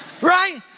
Right